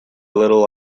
little